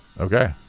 Okay